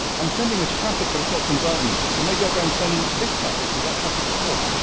i'm sending this traffic but it's not converting, so maybe i'll go and send this traffic because that traffic's poor.